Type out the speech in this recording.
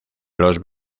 los